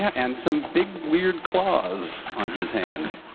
and some big weird claws on his hands.